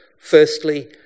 Firstly